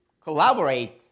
collaborate